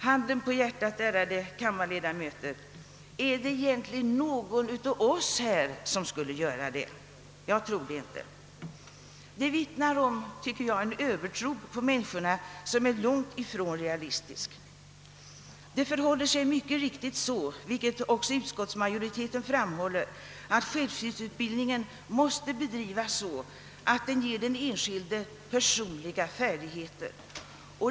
Handen på hjärtat, ärade kammarledamöter, är det egentligen någon av oss här som skulle göra det? Jag tror det inte. Jag tycker att reservanternas uppslag vittnar om en övertro på människor som är långt ifrån realistisk. Utskottsmajoriteten framhåller mycket riktigt, att — självskyddsutbildningen måste bedrivas så, att den ger den enskilde personliga färdigheter.